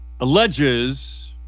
alleges